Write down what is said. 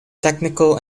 technical